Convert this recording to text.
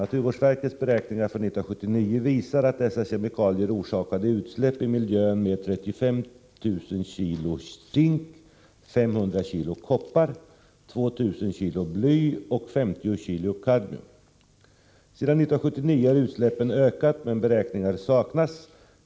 Naturvårdsverkets beräkningar för 1979 visar att dessa kemikalier orsakade utsläpp i miljön med 35 000 kilo zink, 500 kilo koppar, 2 000 kilo bly och 50 kilo kadmium. Sedan 1979 har utsläppen ökat, men beräkningar saknas.